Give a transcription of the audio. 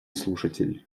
слушатель